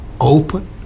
open